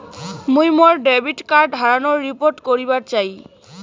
মুই মোর debit card হারানোর রিপোর্ট করিবার চাই